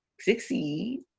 succeed